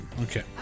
okay